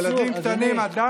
ילדים קטנים, אסור, אדוני.